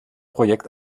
projekt